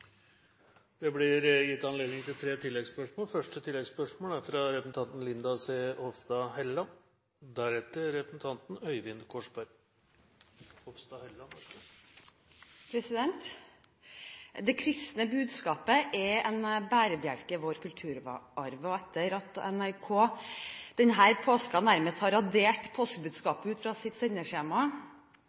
Det blir gitt anledning til tre oppfølgingsspørsmål – først Linda C. Hofstad Helleland. Det kristne budskapet er en bærebjelke i vår kulturarv, og etter at NRK denne påsken nærmest har radert påskebudskapet ut fra sitt